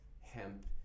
hemp